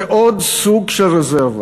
זה עוד סוג של רזרבה.